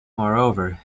moreover